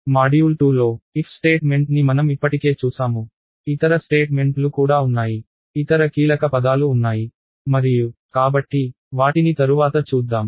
module 2 లో if statement ని మనం ఇప్పటికే చూసాము ఇతర స్టేట్మెంట్లు కూడా ఉన్నాయి ఇతర కీలక పదాలు ఉన్నాయి మరియు కాబట్టి వాటిని తరువాత చూద్దాం